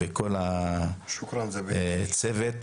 וכל הצוות.